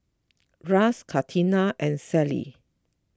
Russ Catina and Sally